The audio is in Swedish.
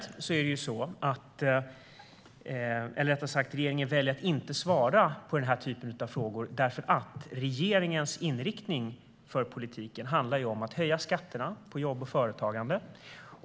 Regeringen väljer att inte svara på den här typen av frågor, därför att regeringens inriktning för politiken handlar om att höja skatterna på jobb och företagande.